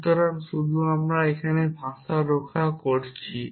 সুতরাং আমি শুধু এখানে ভাষা রক্ষা করছি